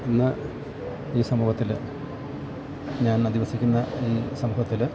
ഇന്ന് ഈ സമൂഹത്തിൽ ഞാൻ അധിവസിക്കുന്ന ഈ സമൂഹത്തിൽ